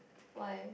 why